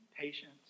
patience